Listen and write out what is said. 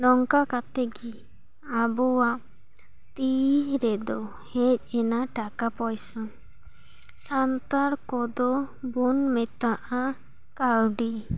ᱱᱚᱝᱠᱟ ᱠᱟᱛᱮ ᱜᱮ ᱟᱵᱚᱣᱟᱜ ᱛᱤ ᱨᱮᱫᱚ ᱦᱮᱡ ᱮᱱᱟ ᱴᱟᱠᱟ ᱯᱚᱭᱥᱟ ᱥᱟᱱᱛᱟᱲ ᱠᱚᱫᱚ ᱵᱚᱱ ᱢᱮᱛᱟᱜᱼᱟ ᱠᱟᱹᱣᱰᱤ